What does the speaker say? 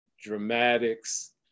Dramatics